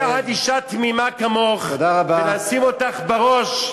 לקחת אישה תמימה כמוך ולשים אותך בראש.